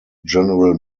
general